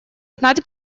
знать